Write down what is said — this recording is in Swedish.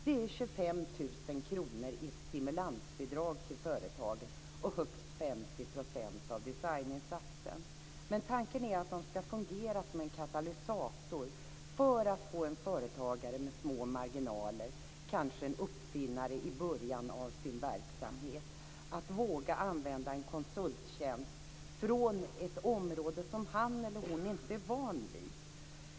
Det är 25 000 kr i ett stimulansbidrag till företagen och högst 50 % av designinsatsen. Men tanken är att det här ska fungera som en katalysator för att få en företagare med liten marginal, kanske en uppfinnare i början av sin verksamhet, att våga använda en konsulttjänst från ett område som han eller hon inte är van vid.